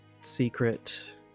secret